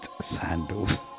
sandals